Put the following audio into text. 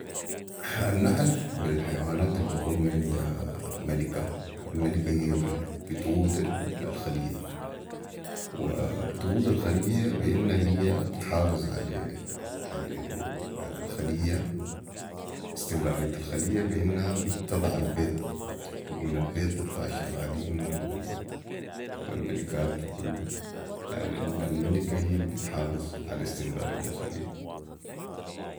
النحل من الحيوانات البكون عندها ملكه الملكه هي بتقود وبتقود الخليه بي انها هي بتحافظ علي الخليه بي استمراريه الخليه بي انها بتضع البيض ومن البيض بطلع الشغالين و الملكات وكلو يعني الملكه هي البتحافظ علي استمراريه الخليه